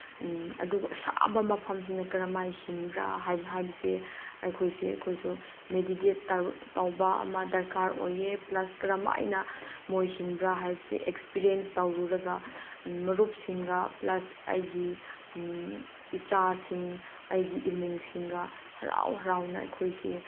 ꯑꯗꯨꯒ ꯑꯁꯥꯕ ꯃꯐꯝꯁꯤꯅ ꯀꯔꯝ ꯍꯥꯏ ꯍꯤꯡꯕ꯭ꯔꯥ ꯍꯥꯏꯕꯁꯤ ꯑꯩꯈꯣꯏꯁꯦ ꯑꯩꯈꯣꯏꯁꯨ ꯃꯦꯗꯤꯗꯦꯠ ꯇꯧꯕ ꯑꯝ ꯗꯔꯀꯥꯔ ꯑꯣꯏꯌꯦ ꯄ꯭ꯂꯁ ꯀꯔꯝ ꯍꯥꯏꯅ ꯃꯣꯏ ꯍꯤꯡꯕ꯭ꯔꯥ ꯍꯥꯏꯕꯁꯦ ꯑꯦꯛꯁꯄꯤꯔꯤꯌꯦꯟꯁ ꯇꯧꯔꯨꯔꯒ ꯃꯔꯨꯞꯁꯤꯡꯒ ꯄ꯭ꯂꯁ ꯑꯩꯒꯤ ꯏꯆꯥꯁꯤꯡ ꯑꯩꯒꯤ ꯏꯃꯨꯡꯁꯤꯡꯒ ꯍꯔꯥꯎ ꯍꯔꯥꯎꯅ ꯑꯩꯈꯣꯏꯁꯦ